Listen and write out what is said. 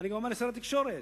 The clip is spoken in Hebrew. אני אומר לשר התקשורת,